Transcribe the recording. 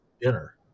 dinner